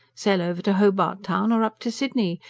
sail over to hobart town, or up to sydney,